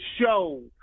show